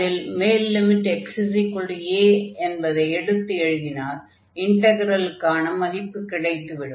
அதில் மேல் limit xa என்பதை எடுத்து எழுதினால் இன்டக்ரலுக்கான மதிப்பு கிடைத்து விடும்